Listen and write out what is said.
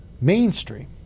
mainstream